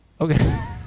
Okay